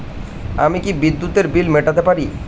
আমি কি বিদ্যুতের বিল মেটাতে পারি?